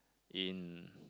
in